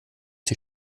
die